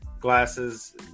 Glasses